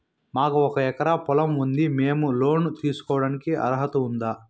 మాకు ఒక ఎకరా పొలం ఉంది మేము లోను తీసుకోడానికి అర్హత ఉందా